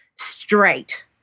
straight